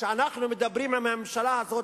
שאנחנו מדברים עם הממשלה הזאת,